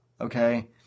okay